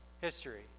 history